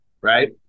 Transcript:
right